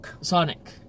Sonic